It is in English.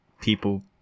people